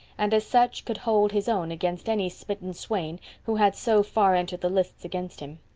and as such could hold his own against any smitten swain who had so far entered the lists against him.